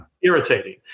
irritating